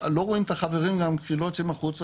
לא רואים את החברים כי גם לא יוצאים החוצה,